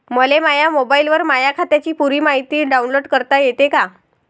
मले माह्या मोबाईलवर माह्या खात्याची पुरी मायती डाऊनलोड करता येते का?